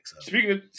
Speaking